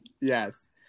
Yes